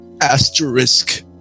asterisk